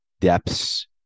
depths